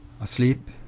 asleep